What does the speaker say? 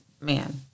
man